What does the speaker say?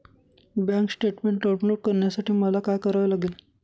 Bank statement download करण्यासाठी मला काय करावे लागेल?